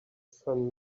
son